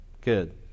Good